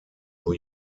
new